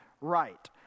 right